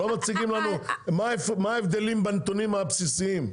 לא מציגים לנו מה ההבדלים בנתונים הבסיסיים.